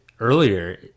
Earlier